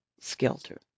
Skelter